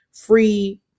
free